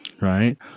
Right